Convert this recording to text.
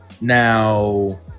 now